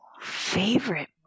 Favorite